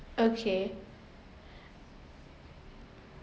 okay